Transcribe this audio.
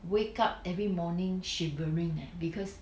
wake up every morning shivering eh because